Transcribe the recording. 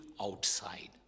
outside